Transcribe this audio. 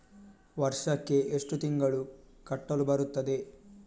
ವರ್ಷಕ್ಕೆ ಎಷ್ಟು ತಿಂಗಳು ಕಟ್ಟಲು ಬರುತ್ತದೆ?